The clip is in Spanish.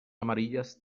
amarillas